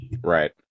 Right